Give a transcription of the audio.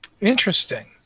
Interesting